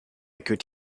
could